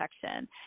protection